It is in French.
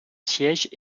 siège